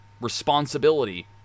responsibility